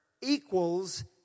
equals